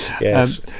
yes